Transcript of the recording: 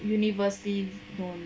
universally known